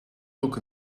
look